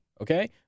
okay